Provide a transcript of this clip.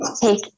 take